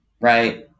right